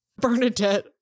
bernadette